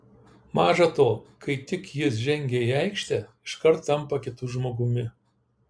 maža to kai tik jis žengia į aikštę iškart tampa kitu žmogumi